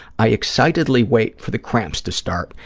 i excitedly wait for the cramps to start,